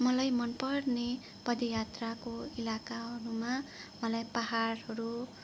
मलाई मन पर्ने पदयात्राको इलाकाहरूमा मलाई पहाडहरू